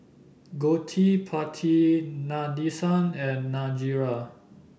Gottipati Nadesan and Niraj